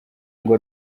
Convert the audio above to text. ngo